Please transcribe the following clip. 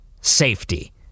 safety